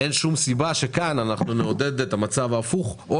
אין שום סיבה שכאן נעודד את המצב ההפוך או